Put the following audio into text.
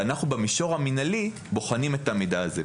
ובמישור המינהלי אנחנו בוחנים את המידע הזה.